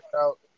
out